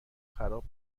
خراب